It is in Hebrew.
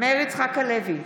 מאיר יצחק הלוי,